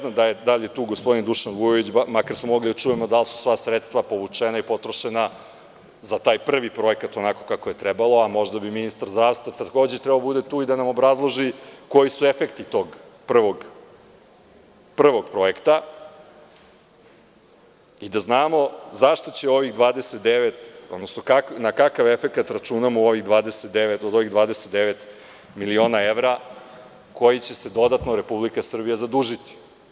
Da je tu gospodin Dušan Vujović, barem bismo mogli da čujemo da li su sva sredstva povučena i potrošena za taj prvi projekat onako kako je trebalo, a možda bi ministar zdravstva takođe trebalo da bude tu i da nam obrazloži koji su efekti tog prvog projekta i da znamo zašto će ovih 29, odnosno na kakav efekat računamo od ovih 29 miliona evra kojima će se dodatno Republika Srbija zadužiti.